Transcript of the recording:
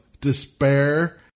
despair